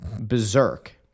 berserk